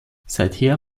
seither